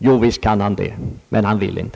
Jo, visst kan han det, men han vill inte!